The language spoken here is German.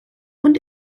und